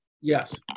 Yes